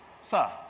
Sir